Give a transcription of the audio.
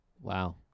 Wow